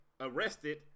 arrested